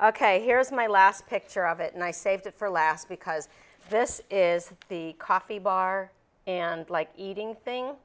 ok here is my last picture of it and i saved it for last because this is the coffee bar and like eating thing